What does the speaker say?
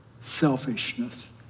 selfishness